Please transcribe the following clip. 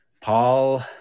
Paul